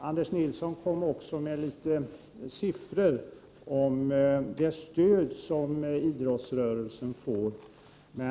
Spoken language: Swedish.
Anders Nilsson tog också fram litet siffror angående det stöd som idrottsrörelsen får.